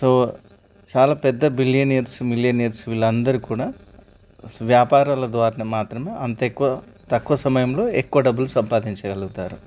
so చాలా పెద్ద billionaires millionaires వీళ్ళందరు కూడా స్ వ్యాపారాల ద్వారా మాత్రమే అంత ఎక్కువ తక్కువ సమయంలో ఎక్కువ డబ్బులు సంపాదించగలుగుతారు